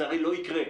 זה הרי לא יקרה.